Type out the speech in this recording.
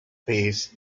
piece